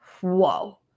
whoa